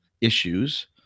issues